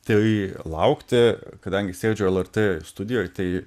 tai laukti kadangi sėdžiu lrt studijoj tai